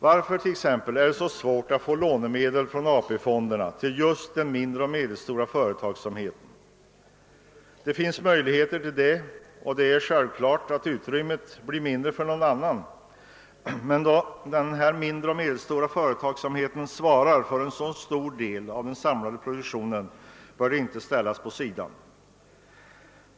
Varför är det t.ex. så svårt att få lånemedel ur AP-fonden till just den Om den mindre och medelstora företagsamheten ges större låneutrymme, blir självfallet utrymmet mindre för någon annan grupp, men den mindre och medelstora företagsamheten svarar för en så stor del av den samlade produktionen att den inte bör ställas åt sidan.